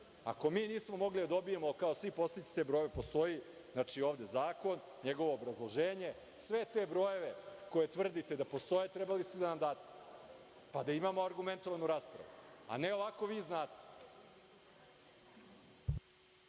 mi nismo mogli da dobijemo, kao i svi poslanici, te brojeve, postoji zakon, njegovo obrazloženje i sve te brojeve za koje tvrdite da postoje, trebali ste da nam date, pa da imamo argumentovanu raspravu. A ne ovako – vi znate.